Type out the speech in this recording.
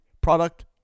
product